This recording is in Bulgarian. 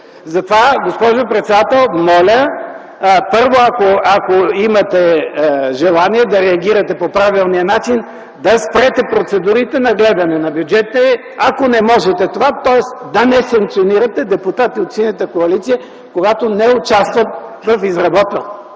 Затова, госпожо председател, моля, първо, ако имате желание, да реагирате по правилния начин, да спрете процедурите на гледане на бюджетите, ако не можете това, тоест да не санкционирате депутати от Синята коалиция, когато не участват в изработването